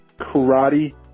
Karate